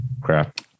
Crap